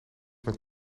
met